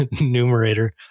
numerator